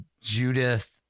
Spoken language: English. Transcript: Judith